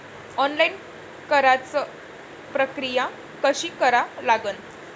Online कराच प्रक्रिया कशी करा लागन?